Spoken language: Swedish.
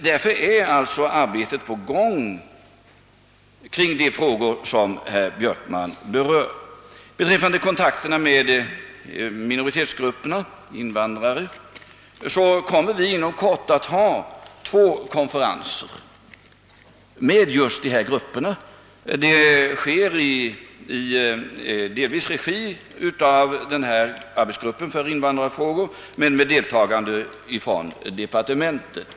Arbetet kring de frågor som herr Björkman berör är sålunda på gång. Beträffande kontakterna med minoritetsgrupperna bland invandrarna kommer vi inom kort att ha två konferenser med just dessa grupper. Det kommer delvis att ske i arbetsgruppens för invandrarfrågor regi men med deltagande även av representanter för departementet.